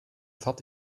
fahrt